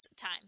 time